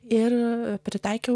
ir pritaikiau